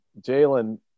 Jalen